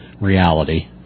reality